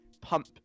pump